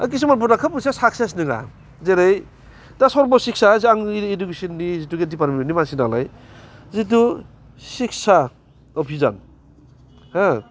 खिसुमानफोरा खोब साक्सेस नोङा जेरै दा शर्ब शिक्सा आं इडुकेसननि डिफारमेन्टनि मानसि नालाय जिथु शिक्सा अभिजान हो